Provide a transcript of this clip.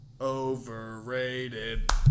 Overrated